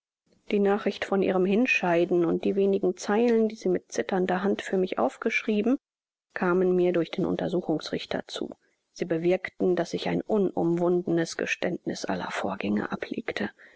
die nachricht von ihrem hinscheiden und die wenigen zeilen die sie mit zitternder hand für mich aufgeschrieben kamen mir durch den untersuchungsrichter zu sie bewirkten daß ich ein unumwundenes geständniß aller vorgänge ablegte